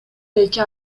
эки